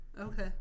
Okay